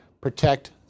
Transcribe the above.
protect